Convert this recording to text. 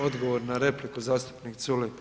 Odgovor na repliku, zastupnik Culej.